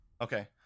Okay